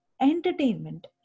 entertainment